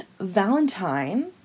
Valentine